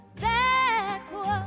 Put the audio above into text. Backwards